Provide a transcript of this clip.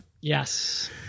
Yes